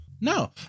no